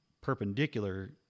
perpendicular